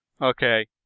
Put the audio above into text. okay